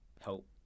help